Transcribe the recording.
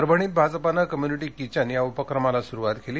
परभणीत भाजपानं community kitchen या उपक्रमास सुरुवात केली